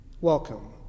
Welcome